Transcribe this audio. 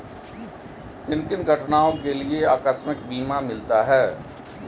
किन किन घटनाओं के लिए आकस्मिक बीमा मिलता है?